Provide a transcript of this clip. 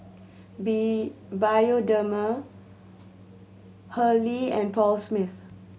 B Bioderma Hurley and Paul Smith